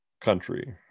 country